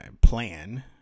plan